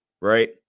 right